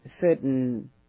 certain